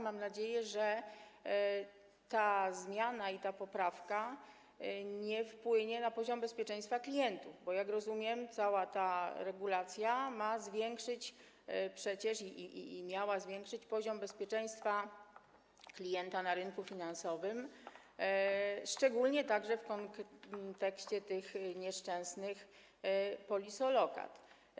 Mam nadzieję, że ta zmiana, ta poprawka nie wpłynie na poziom bezpieczeństwa klientów, bo, jak rozumiem, cała ta regulacja przecież ma i miała zwiększyć poziom bezpieczeństwa klienta na rynku finansowym, szczególnie także w kontekście tych nieszczęsnych polisolokat.